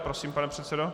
Prosím, pane předsedo.